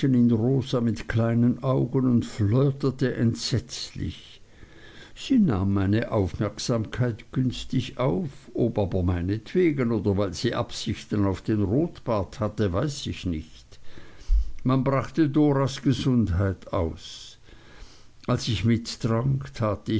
rosa mit kleinen augen und flirtete entsetzlich sie nahm meine aufmerksamkeit günstig auf ob aber meinetwegen oder weil sie absichten auf den rotbart hatte weiß ich nicht man brachte doras gesundheit aus als ich mittrank tat